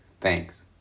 Thanks